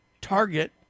target